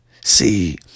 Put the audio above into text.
See